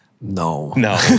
No